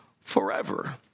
forever